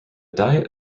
diet